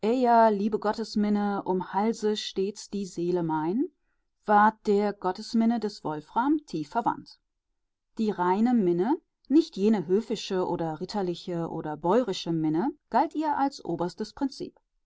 liebe gottesminne umhalse stets die seele mein war der gottesminne des wolfram tief verwandt die reine minne nicht jene höfische oder ritterliche oder bäurische minne galt ihr als oberstes prinzip